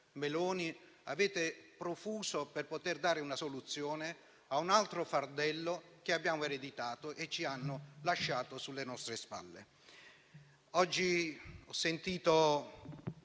Meloni avete profuso per poter dare una soluzione a un altro fardello che abbiamo ereditato e che hanno lasciato sulle nostre spalle. Oggi ho sentito